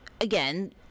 again